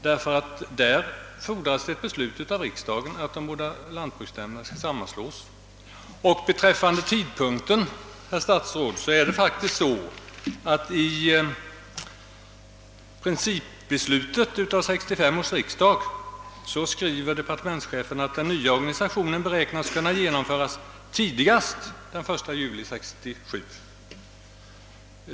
Därvidlag fordras det nämligen ett beslut av riksdagen att de båda lantbruksnämnderna skall sammanslås. Och beträffande tidpunkten, herr statsråd, är det faktiskt så, att departementschefen i den proposition, som låg till grund för principbeslutet av 1965 sationen beräknas kunna genomföras tidigast den 1 juli 1967.